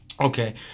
Okay